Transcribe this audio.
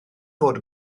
fod